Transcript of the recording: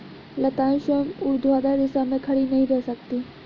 लताएं स्वयं ऊर्ध्वाधर दिशा में खड़ी नहीं रह सकती